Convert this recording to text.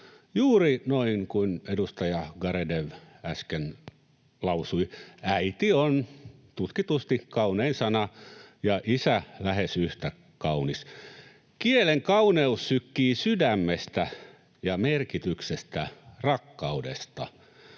Juuri noin kuin edustaja Garedew äsken lausui: ”äiti” on tutkitusti kaunein sana ja ”isä” lähes yhtä kaunis. Kielen kauneus sykkii sydämestä ja merkityksestä, rakkaudesta.